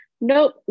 Nope